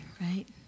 right